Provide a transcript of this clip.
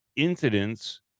incidents